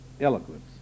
eloquence